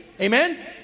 Amen